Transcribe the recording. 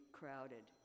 crowded